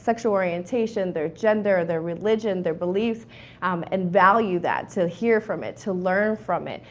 sexual orientation, their gender, their religion, their beliefs um and value that, to hear from it, to learn from it.